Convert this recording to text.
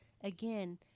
Again